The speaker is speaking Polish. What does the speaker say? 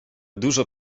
dużo